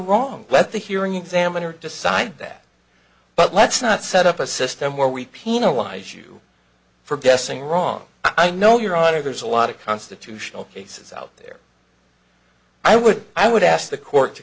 wrong but the hearing examiner decide that but let's not set up a system where we penalize you for guessing wrong i know your honor there's a lot of constitutional cases out there i would i would ask the court to